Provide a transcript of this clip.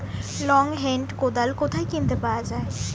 Long hand কোদাল কোথায় কিনতে পাওয়া যায়?